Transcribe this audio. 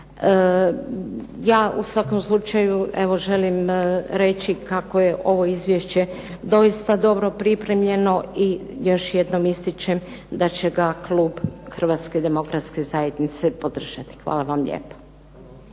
Ja u svakom slučaju evo želim reći kako je ovo izvješće doista dobro pripremljeno i još jednom ističem da će ga klub Hrvatske demokratske zajednice podržati. Hvala vam lijepo.